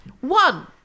One